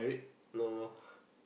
no no